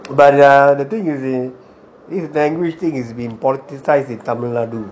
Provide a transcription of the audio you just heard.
but the thing you see this language thing has been politicized in tamilnadu